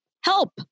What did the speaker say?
help